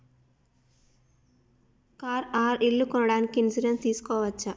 Car or ఇల్లు కొనడానికి insurance తీస్కోవచ్చా?